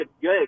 good